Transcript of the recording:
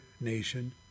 nation